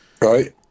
Right